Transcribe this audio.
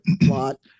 plot